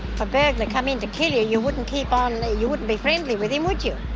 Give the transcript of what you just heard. a burglar come in to kill you, you wouldn't keep on, and you wouldn't be friendly with him, would you?